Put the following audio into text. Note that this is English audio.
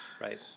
Right